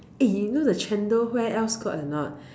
eh you know the chendol where else got or not